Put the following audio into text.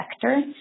sector